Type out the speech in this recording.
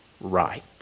right